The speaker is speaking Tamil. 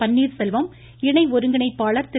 பன்னீர்செல்வம் இணை ஒருங்கிணைப்பாளர் திரு